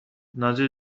نازی